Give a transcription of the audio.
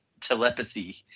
telepathy